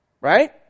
Right